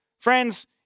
Friends